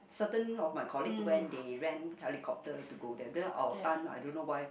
certain of my colleagues when they went helicopter to go there but our time I don't know why